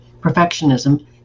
perfectionism